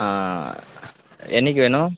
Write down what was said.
ஆ என்னைக்கி வேணும்